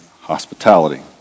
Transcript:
hospitality